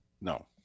No